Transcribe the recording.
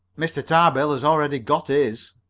mr. tarbill has already got his.